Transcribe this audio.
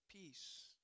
peace